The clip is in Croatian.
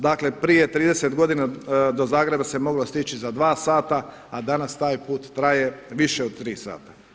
Dakle prije 30 godina do Zagreba se moglo stići za 2 sata, a danas taj put traje više od 3 sata.